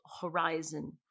horizon